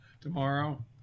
tomorrow